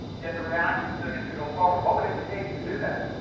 yet the reaction still gets to go forward? what would it take to do that?